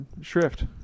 shrift